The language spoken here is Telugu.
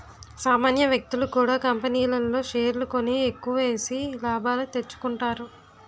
సామాన్య వ్యక్తులు కూడా కంపెనీల్లో షేర్లు కొని ఎక్కువేసి లాభాలు తెచ్చుకుంటున్నారు